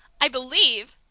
i believe,